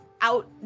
out